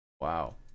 Wow